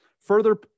further